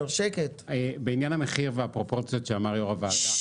בעניין המחיר והפרופורציות שאמר יו"ר הוועדה,